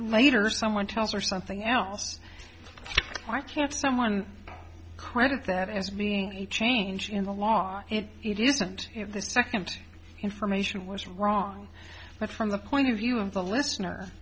later someone tells her something else why can't someone credit that as being a change in the law it doesn't have the second information was wrong but from the point of view of the listener